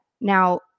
now